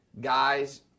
guys